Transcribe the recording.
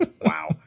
wow